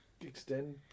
extend